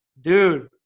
dude